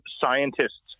scientists